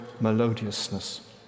melodiousness